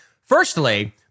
Firstly